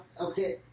okay